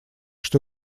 что